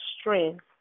strength